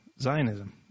Zionism